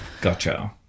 Gotcha